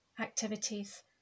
activities